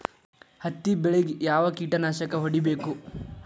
ಹತ್ತಿ ಬೆಳೇಗ್ ಯಾವ್ ಕೇಟನಾಶಕ ಹೋಡಿಬೇಕು?